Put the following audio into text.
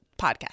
podcast